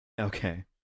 Okay